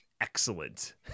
Excellent